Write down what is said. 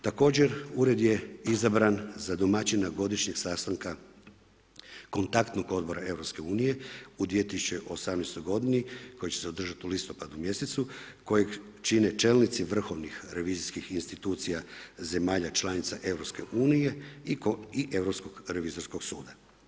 Također, Ured je izabran za domaćina godišnjeg sastanka kontaktnog odbora EU u 2018. godini koji će se održati u listopadu kojeg čine čelnici vrhovnih revizijskih institucija zemalja članica EU i Europskog revizorskog suda.